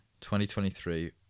2023